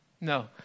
no